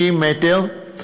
60 מטר,